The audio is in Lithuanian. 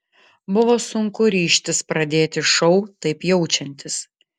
buvo sunku ryžtis pradėti šou taip jaučiantis